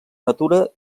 natura